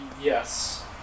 Yes